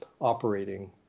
operating